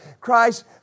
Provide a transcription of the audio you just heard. Christ